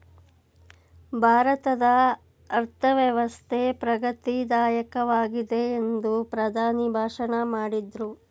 ಭಾರತದ ಅರ್ಥವ್ಯವಸ್ಥೆ ಪ್ರಗತಿ ದಾಯಕವಾಗಿದೆ ಎಂದು ಪ್ರಧಾನಿ ಭಾಷಣ ಮಾಡಿದ್ರು